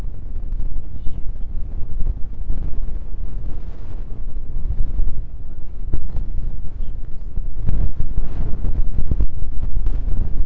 किसी क्षेत्र के लिए जलवायु पूर्वानुमान वहां की दीर्घकालिक मौसमी दशाओं से लगाते हैं